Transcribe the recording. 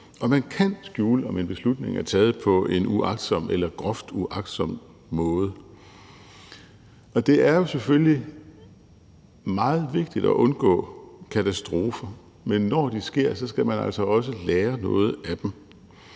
og man kan skjule, om en beslutning er taget på en uagtsom eller groft uagtsom måde. Det er jo selvfølgelig meget vigtigt at undgå katastrofer, men når de sker, skal man altså også lære noget af dem.